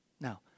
Now